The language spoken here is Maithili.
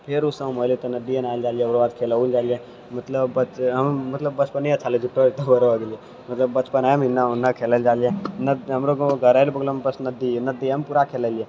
फेर उ समय एलै तऽ नदिए नहाय लए जाइ रहियै ओकरो बाद खेलहुँ लए जाइ रहियै मतलब बच हम मतलब बचपने अच्छा झूठौ बचपनमे ने खेलै लअ जाइ रहियै ने हमरो घरो रऽ बगलोमे बस नदी हय नदिएमे पूरा खेलै रहियै